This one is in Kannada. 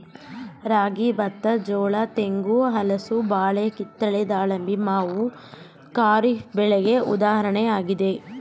ರಾಗಿ, ಬತ್ತ, ಜೋಳ, ತೆಂಗು, ಹಲಸು, ಬಾಳೆ, ಕಿತ್ತಳೆ, ದಾಳಿಂಬೆ, ಮಾವು ಖಾರಿಫ್ ಬೆಳೆಗೆ ಉದಾಹರಣೆಯಾಗಿವೆ